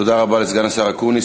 תודה רבה לסגן השר אקוניס.